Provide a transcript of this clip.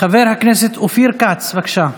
חבר הכנסת אופיר כץ, בבקשה.